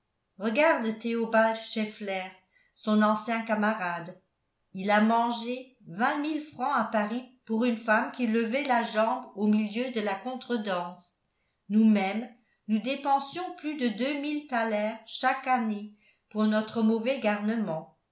regarde théobald scheffler son ancien camarade il a mangé vingt mille francs à paris pour une femme qui levait la jambe au milieu de la contredanse nousmêmes nous dépensions plus de deux mille thalers chaque année pour notre mauvais garnement